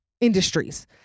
Industries